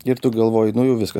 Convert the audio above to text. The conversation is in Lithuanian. ir tu galvoji nu jau viskas